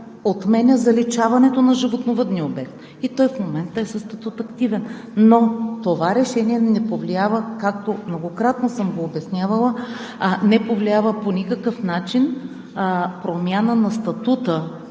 отменя заличаването на животновъдния обект и той в момента е с „активен“ статут. Но това решение не повлиява, както многократно съм го обяснявала, по никакъв начин промяна на статута